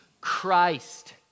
Christ